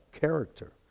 character